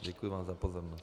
Děkuji vám za pozornost.